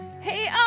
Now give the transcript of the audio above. hey